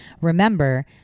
remember